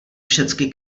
všecky